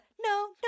no